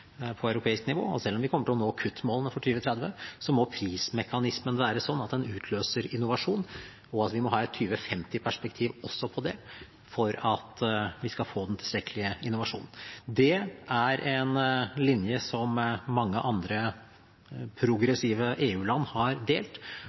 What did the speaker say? på europeisk nivå, og selv om vi kommer til å nå kuttmålene for 2030, må prismekanismen være sånn at den utløser innovasjon, og vi må ha et 2050-perspektiv også der for å få den tilstrekkelige innovasjonen. Det er en linje som mange andre